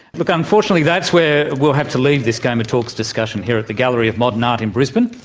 look, unfortunately that's where we'll have to leave this goma talks discussion here at the gallery of modern art in brisbane.